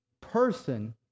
person